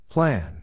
Plan